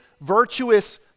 virtuous